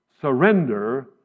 Surrender